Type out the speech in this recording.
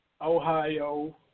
Ohio